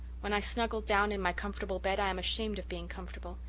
when i snuggle down in my comfortable bed i am ashamed of being comfortable.